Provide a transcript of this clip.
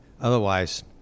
otherwise